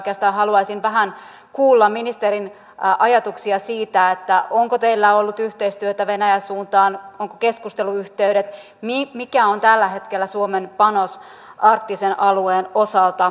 oikeastaan haluaisin vähän kuulla ministerin ajatuksia siitä onko teillä ollut yhteistyötä venäjän suuntaan onko keskusteluyhteydet mikä on tällä hetkellä suomen panos arktisen alueen osalta